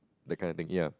that kind of thing ya